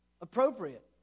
appropriate